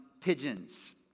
pigeons